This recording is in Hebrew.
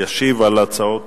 הצעות